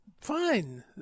fine